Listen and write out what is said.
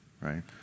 right